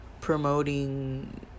promoting